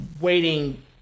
waiting